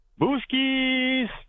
Booskies